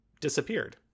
disappeared